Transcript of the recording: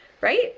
right